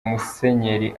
musenyeri